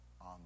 on